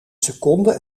seconde